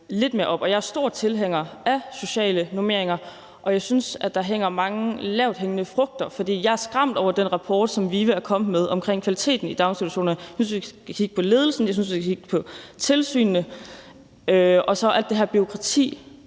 Jeg er stor tilhænger af sociale normeringer, og jeg synes, at der er mange lavthængende frugter, for jeg er skræmt af den rapport, som VIVE er kommet med, omkring kvaliteten af daginstitutionerne. Jeg synes, at vi skal kigge på ledelsen, og jeg synes, at vi skal